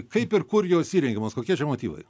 kaip ir kur jos įrengiamos kokie čia motyvai